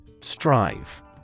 Strive